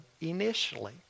initially